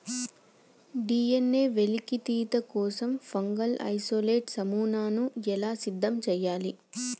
DNA వెలికితీత కోసం fungal isolate నమూనాను ఎలా సిద్ధం చెయ్యాలి?